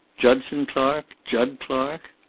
judson clark? jud clark?